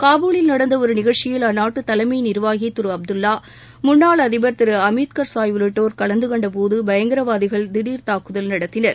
காபூலில் நடந்த ஒரு நிகழ்ச்சியில் அந்நாட்டு தலைமை நிர்வாகி திரு அப்துல்லா முன்னாள் அதிபர் திரு அமீத்கர்சாய் உள்ளிட்டோர் கலந்தகொண்ட போது பயங்கரவாதிகள் திடர் தாக்குதல் நடத்தினர்